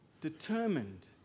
determined